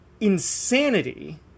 Insanity